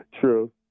True